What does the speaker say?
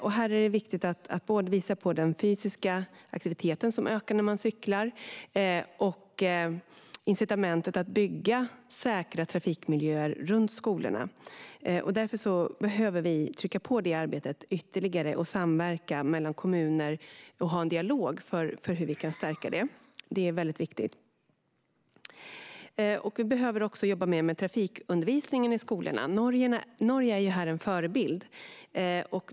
Det är viktigt att både visa att den fysiska aktiviteten ökar när man cyklar och ge incitament att bygga säkra trafikmiljöer runt skolorna. Vi behöver trycka på ytterligare i det arbetet, samverka med kommuner och ha en dialog om hur vi kan stärka det. Vi behöver också jobba mer med trafikundervisningen i skolorna. Norge är en förebild här.